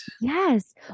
yes